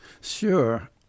Sure